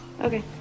Okay